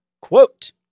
quote